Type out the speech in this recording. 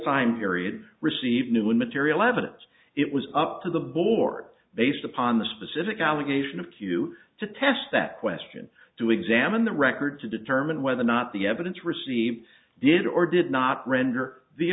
time period received new and material evidence it was up to the board based upon the specific allegation of q to test that question to examine the record to determine whether or not the evidence received did or did not render the